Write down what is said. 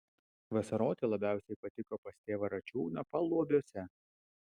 vasaroti labiausiai patiko pas tėvą račiūną paluobiuose